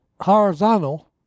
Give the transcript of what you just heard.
horizontal